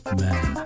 men